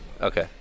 Okay